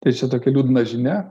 tai čia tokia liūdna žinia